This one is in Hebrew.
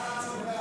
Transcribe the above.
שיעבירו.